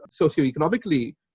socioeconomically